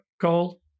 call